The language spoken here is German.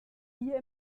hier